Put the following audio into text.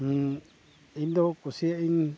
ᱤᱧᱫᱚ ᱠᱩᱥᱤᱭᱟᱜ ᱟᱹᱧ